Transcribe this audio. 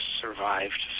survived